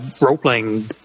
role-playing